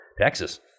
Texas